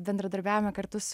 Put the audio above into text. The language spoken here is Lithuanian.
bendradarbiaujame kartu su